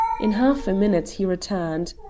in half a minute he returned.